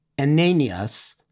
Ananias